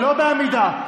לא בעמידה.